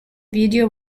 video